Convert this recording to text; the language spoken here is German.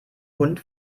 hund